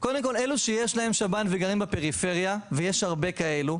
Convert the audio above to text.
קודם כל אלה שיש להם שב"ן וגרים בפריפריה ויש הרבה כאלו,